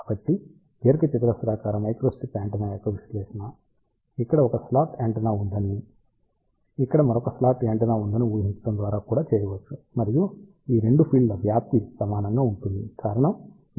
కాబట్టి దీర్ఘచతురస్రాకార microstrip antenna యొక్క విశ్లేషణ ఇక్కడ ఒక స్లాట్ యాంటెన్నా ఉందని ఇక్కడ మరొక స్లాట్ యాంటెన్నా ఉందని ఊహించడం ద్వారా కూడా చేయవచ్చు మరియు ఈ 2 ఫీల్డ్ ల వ్యాప్తి సమానంగా ఉంటుంది కారణం ఇది V ఇది V